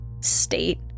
state